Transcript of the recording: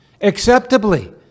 acceptably